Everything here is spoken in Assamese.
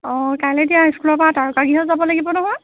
অঁ কাইলৈ এতিয়া স্কুলৰ পৰা তাৰকাগৃহ যাব লাগিব নহয়